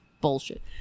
bullshit